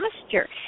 posture